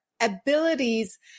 abilities